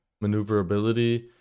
maneuverability